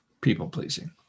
people-pleasing